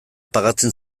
pagatzen